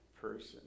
person